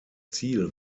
ziel